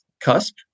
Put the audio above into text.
cusp